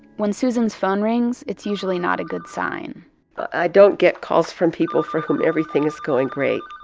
when susan's phone rings, it's usually not a good sign i don't get calls from people for whom everything is going great,